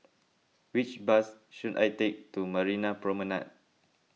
which bus should I take to Marina Promenade